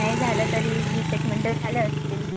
नाही झालं तरी वीस एक मिनटं झाले असतील